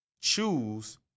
choose